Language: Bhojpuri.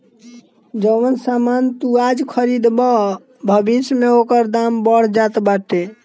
जवन सामान तू आज खरीदबअ भविष्य में ओकर दाम बढ़ जात बाटे